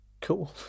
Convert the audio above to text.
Cool